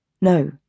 No